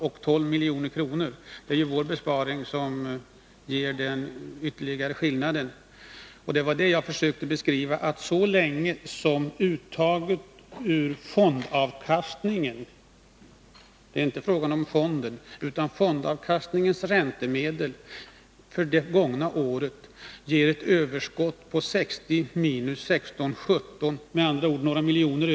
Vi föreslår ett uttag ur fondens avkastning med 16-17 miljoner — det är alltså fråga om ett uttag ur räntemedlen och inte ur fonden. Det gångna året gav ett överskott på 60 miljoner. Kvar står alltså drygt 40 miljoner.